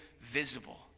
visible